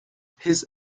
his